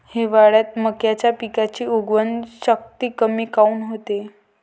हिवाळ्यात मक्याच्या पिकाची उगवन शक्ती कमी काऊन होते?